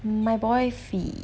my boyfie